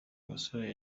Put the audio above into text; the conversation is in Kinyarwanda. gasore